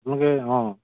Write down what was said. আপোনালোকে অঁ